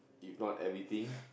if not everything